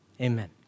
amen